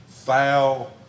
foul